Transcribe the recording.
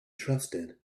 trusted